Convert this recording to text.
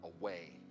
away